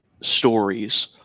stories